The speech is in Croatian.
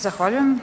Zahvaljujem.